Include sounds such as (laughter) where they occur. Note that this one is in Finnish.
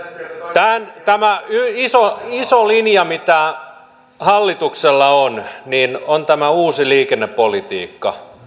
tämä iso iso linja mitä hallituksella on on tämä uusi liikennepolitiikka (unintelligible)